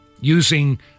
using